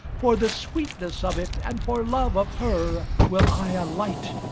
for the sweetness of it, and for love of her, will i alight,